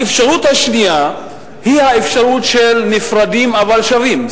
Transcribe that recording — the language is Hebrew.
האפשרות השנייה היא האפשרות של נפרדים אבל שווים,